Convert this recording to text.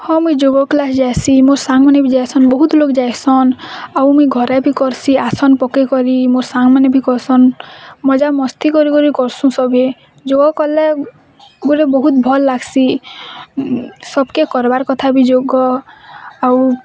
ହଁ ମୁଇଁ ଯୋଗ କ୍ଲାସ୍ ଯାଏସିଁ ମୋର୍ ସାଙ୍ଗମାନେ ବି ଯାଏସନ୍ ବହୁତ୍ ଲୋକ୍ ଯାଏସନ୍ ଆଉ ମୁଇଁ ଘରେ ବି କରସିଁ ଆସନ୍ ପକେଇ କରି ମୋର୍ ସାଙ୍ଗମାନେ ବି କରସନ୍ ମଜାମସ୍ତି କରିକରି କରସୁଁ ସଭେଁ ଯୋଗ କଲେ ଗୁଟେ ବହୁତ୍ ଭଲ୍ ଲାଗ୍ସି ସବ୍କେ କରବାର୍ କଥା ବି ଯୋଗ ଆଉ